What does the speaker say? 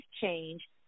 change